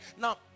now